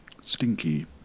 stinky